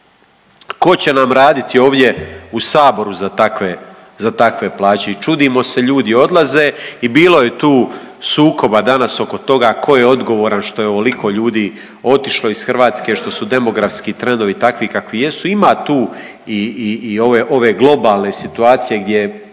Tko će nam raditi u Saboru za takve plaće? I čudimo se ljudi odlaze i bilo je tu sukoba danas oko toga tko je odgovoran što je ovoliko ljudi otišlo iz Hrvatske, što su demografski trendovi takvi kakvi jesu. Ima tu i ove globalne situacije gdje